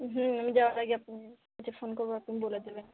হুম আমি যাওয়ার আগে আপনার কাছে ফোন করবো আপনি বলে দেবেন